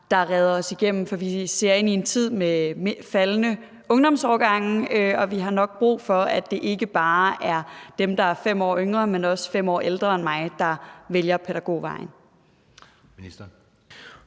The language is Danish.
der redder os igennem, for vi ser ind i en tid med faldende ungdomsårgange, og vi har nok brug for, at det ikke bare er dem, der er 5 år yngre, men også 5 år ældre end mig, der vælger pædagogvejen.